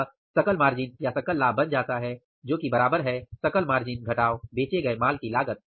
अतः सकल मार्जिन या सकल लाभ बन जाता है जो कि बराबर है सकल मार्जिन घटाव बेचे गए माल की लागत